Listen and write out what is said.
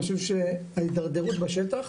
אני חושב שההתדרדרות בשטח